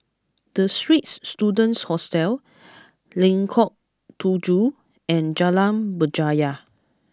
The Straits Students Hostel Lengkok Tujoh and Jalan Berjaya